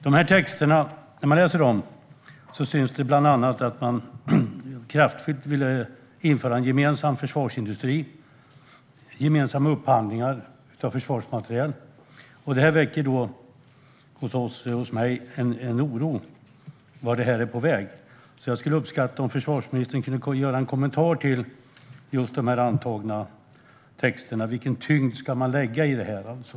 Av dessa texter framgår det att man bland annat kraftfullt vill införa en gemensam försvarsindustri och gemensamma upphandlingar av försvarsmateriel. Detta väcker en oro hos mig om vart detta är på väg. Jag skulle därför uppskatta om försvarsministern kan kommentera dessa antagna texter. Vilken tyngd ska man lägga i fråga om dessa?